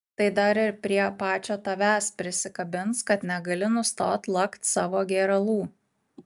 tai dar ir prie pačio tavęs prisikabins kad negali nustot lakt savo gėralų